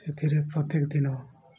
ସେଥିରେ ପ୍ରତ୍ୟେକ ଦିନ